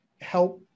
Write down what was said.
help